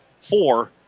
four